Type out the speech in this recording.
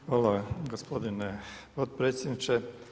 Hvala gospodine potpredsjedniče.